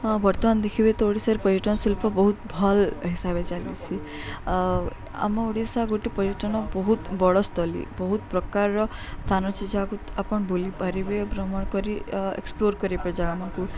ହଁ ବର୍ତ୍ତମାନ ଦେଖିବେ ତ ଓଡ଼ିଶାର ପର୍ଯ୍ୟଟନ ଶିଳ୍ପ ବହୁତ ଭଲ୍ ହିସାବେ ଚାଲିଛି ଆମ ଓଡ଼ିଶା ଗୋଟେ ପର୍ଯ୍ୟଟନ ବହୁତ ବଡ଼ ସ୍ଥଳୀ ବହୁତ ପ୍ରକାରର ସ୍ଥାନ ଅଛି ଯାହାକୁ ଆପଣ ବୁଲିପାରିବେ ଭ୍ରମଣ କରି ଏକ୍ସପ୍ଲୋର୍ କରିବା ଯାହା ଆମକୁ